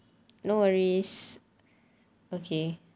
no worries okay